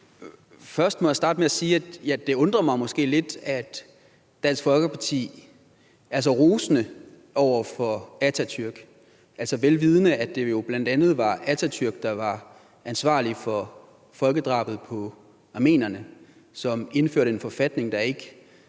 Først må jeg starte med at sige, at det måske undrer mig lidt, at Dansk Folkeparti er så rosende over for Atatürk, vel vidende at det jo bl.a. var Atatürk, der var ansvarlig for folkedrabet på armenierne, og som indførte en forfatning, der ikke